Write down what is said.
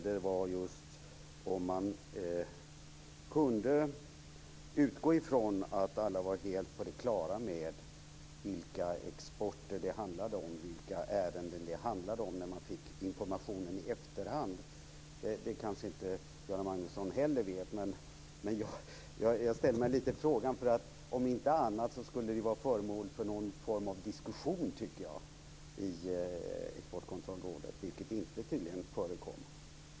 Min fråga gäller om man kan utgå ifrån att alla var helt på det klara med vilka ärenden det handlade om när informationen lämnades i efterhand. Det kanske inte heller Göran Magnusson vet. Men jag ställer mig lite frågande. Om inte annat borde det ha varit föremål för diskussion i Exportkontrollrådet, vilket tydligen inte förekom.